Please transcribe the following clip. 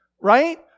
Right